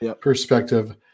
perspective